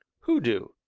who do?